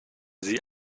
sie